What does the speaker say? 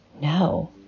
No